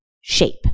shape